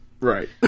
Right